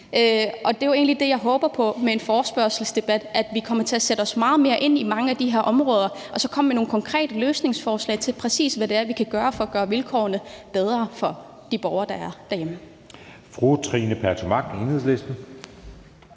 Det er egentlig det, jeg håber på med en forespørgselsdebat, nemlig at vi kommer til at sætte os meget mere ind i mange af de her områder og så kommer med nogle konkrete løsningsforslag til, præcis hvad det er, vi kan gøre for at gøre vilkårene bedre for de borgere, der er derhjemme.